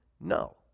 No